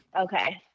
Okay